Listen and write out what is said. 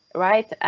right?